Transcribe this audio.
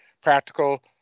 practical